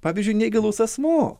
pavyzdžiui neįgalus asmuo